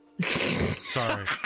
Sorry